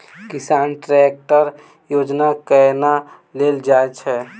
किसान ट्रैकटर योजना केना लेल जाय छै?